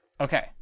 okay